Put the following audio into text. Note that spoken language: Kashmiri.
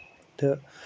تہٕ